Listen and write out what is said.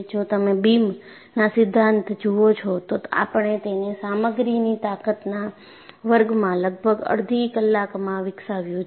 જો તમે બીમના સિધ્ધાંત જુઓ છો તો આપણે તેને સામગ્રીની તાકતના વર્ગમાં લગભગ અડધી કલાકમાં વિકસાવ્યુ છે